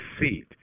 seat